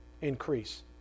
increase